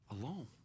alone